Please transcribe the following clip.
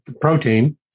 protein